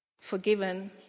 forgiven